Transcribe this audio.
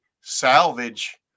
salvage